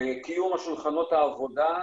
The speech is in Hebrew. קיום שולחנות העבודה,